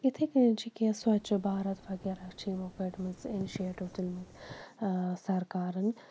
اِتھَے کٔنۍ چھِ کینٛہہ سوچھ بھارَت وَغیرہ چھِ یِمو کٔرمٕژ اِنِشیٹِو تُلمٕتۍ سَرکارَن